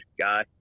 guy